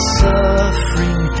suffering